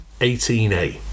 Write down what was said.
18A